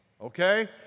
Okay